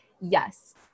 yes